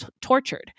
tortured